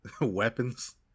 weapons